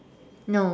no